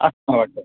असं मला वाटतं